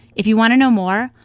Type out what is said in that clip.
if you want to know more,